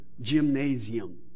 gymnasium